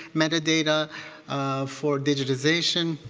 metadata um for digitization.